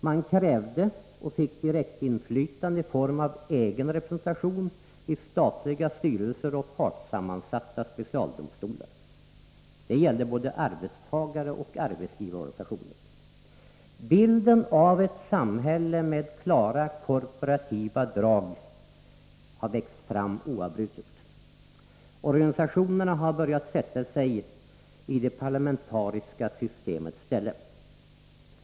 Man krävde och fick direktinflytande i form av egen representation i statliga styrelser och partssammansatta specialdomstolar. Det gällde både arbetstagaroch arbetsgivarorganisationer. Bilden av ett samhälle med klara korporativa drag har växt fram oavbrutet. Organisationerna har börjat sätta sig i det parlamentariska systemets ställe.